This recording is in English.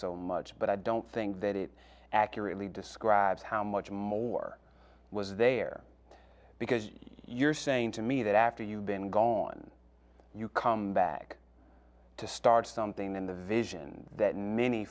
so much but i don't think that it accurately describes how much more was there because you're saying to me that after you've been gone you come back to start something in the vision that many